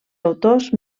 autors